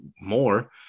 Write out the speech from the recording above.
more